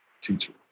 teacher